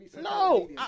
no